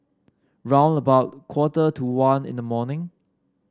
round about quarter to one in the morning